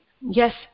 Yes